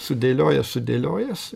sudėliojęs sudėliojęs